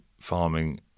farming